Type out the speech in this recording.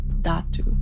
Datu